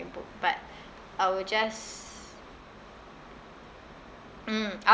macbook but I will just mm